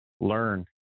Learn